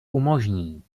umožní